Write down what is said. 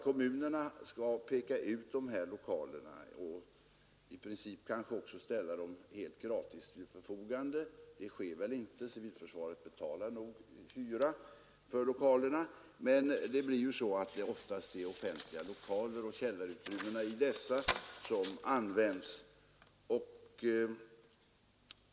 Kommunerna skall peka ut lokaler för detta ändamål och i princip kanske också ställa dem helt gratis till förfogande. Så sker väl inte — civilförsvaret betalar nog hyra för lokalerna men oftast är det offentliga lokaler och källarutrymmen i dessa som används.